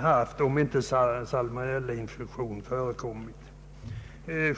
haft om infektionen ej förekommit.